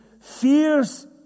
fierce